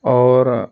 और